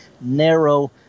narrow